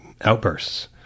outbursts